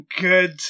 good